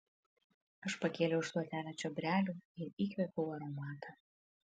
aš pakėliau šluotelę čiobrelių ir įkvėpiau aromatą